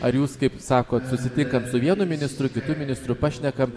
ar jūs kaip sakot susitikam su vienu ministru kitu ministru pašnekam